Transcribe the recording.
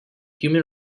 human